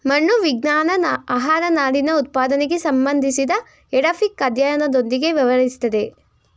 ಮಣ್ಣು ವಿಜ್ಞಾನ ಆಹಾರನಾರಿನಉತ್ಪಾದನೆಗೆ ಸಂಬಂಧಿಸಿದಎಡಾಫಿಕ್ಅಧ್ಯಯನದೊಂದಿಗೆ ವ್ಯವಹರಿಸ್ತದೆ